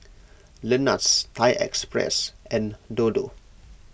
Lenas Thai Express and Dodo